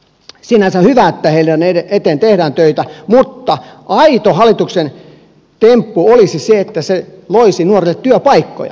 sinänsä hyvä että heidän eteensä tehdään töitä mutta aito hallituksen temppu olisi se että se loisi nuorille työpaikkoja